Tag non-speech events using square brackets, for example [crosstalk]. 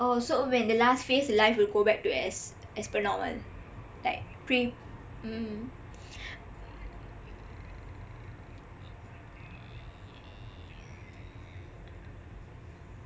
oh so we are in the last phase the life will go back to as per normal like pre~ mm mm [breath]